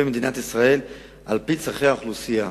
מדינת ישראל על-פי צורכי האוכלוסייה.